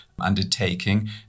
undertaking